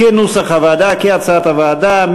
כנוסח הוועדה, כהצעת הוועדה.